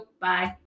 Bye